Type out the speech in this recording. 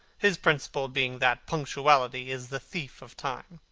his principle being that punctuality is the thief of time.